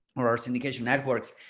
or our syndication networks,